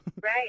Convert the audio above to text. Right